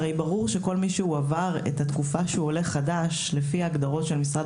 הרי ברור שכל מי שעבר את תקופת העלייה לפי ההגדרות של משרד